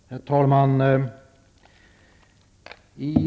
Herr talman!